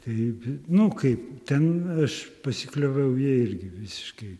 taip nu kaip ten aš pasiklioviau ja irgi visiškai